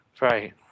Right